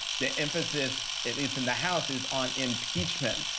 the emphasis, at least in the house is on impeachment.